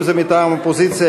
אם זה מטעם האופוזיציה,